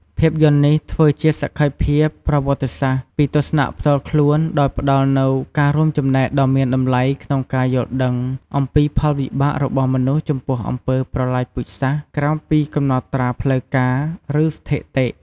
ភាពយន្តនេះធ្វើជាសក្ខីភាពប្រវត្តិសាស្ត្រ ពីទស្សនៈផ្ទាល់ខ្លួន ដោយផ្តល់នូវការរួមចំណែកដ៏មានតម្លៃក្នុងការយល់ដឹងអំពីផលវិបាករបស់មនុស្សចំពោះអំពើប្រល័យពូជសាសន៍ ក្រៅពីកំណត់ត្រាផ្លូវការ ឬស្ថិតិ។